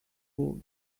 good